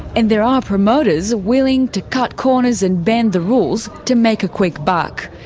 and there are promoters willing to cut corners and bend the rules to make a quick buck.